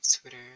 Twitter